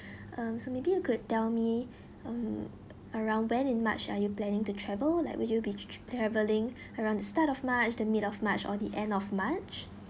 um so maybe you could tell me um around when in march are you planning to travel like would you be travelling around the start of march the mid of march or the end of march